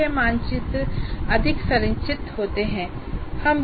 विषय मानचित्र अधिक संरचित होते हैं